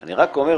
אני רק אומר,